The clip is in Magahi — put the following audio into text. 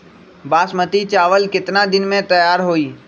बासमती चावल केतना दिन में तयार होई?